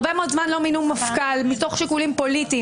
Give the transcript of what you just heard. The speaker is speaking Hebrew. הרבה מאוד זמן לא מינו מפכ"ל מתוך שיקולים פוליטיים.